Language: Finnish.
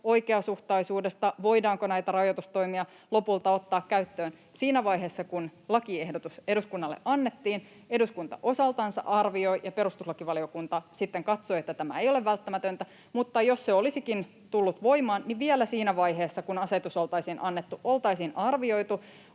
oikeasuhtaisuudesta, että voidaanko näitä rajoitustoimia lopulta ottaa käyttöön. Siinä vaiheessa, kun lakiehdotus eduskunnalle annettiin, eduskunta osaltansa arvioi ja perustuslakivaliokunta sitten katsoi, että tämä ei ole välttämätöntä, mutta jos se olisikin tullut voimaan, niin vielä siinä vaiheessa, kun asetus oltaisiin annettu, oltaisiin arvioitu